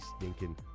stinking